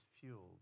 fueled